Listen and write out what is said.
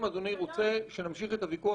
אם אדוני רוצה שנמשיך את הוויכוח,